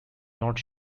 not